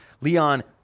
Leon